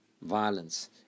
violence